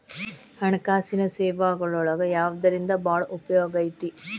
ಹಣ್ಕಾಸಿನ್ ಸೇವಾಗಳೊಳಗ ಯವ್ದರಿಂದಾ ಭಾಳ್ ಉಪಯೊಗೈತಿ?